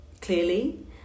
clearly